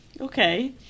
okay